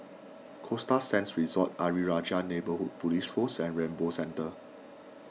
Costa Sands Resort Ayer Rajah Neighbourhood Police Post and Rainbow Centre